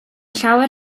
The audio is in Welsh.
llawer